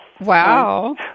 Wow